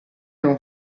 non